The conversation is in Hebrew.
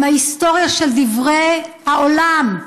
עם ההיסטוריה של דברי העולם,